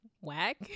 whack